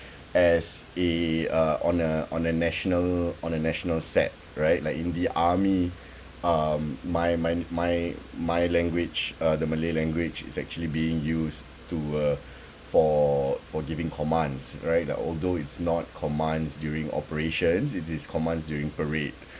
as a uh on a on a national on a national set right like in the army um my my my my language uh the malay language is actually being used to uh for for giving commands right uh although it's not commands during operations it is commands during parade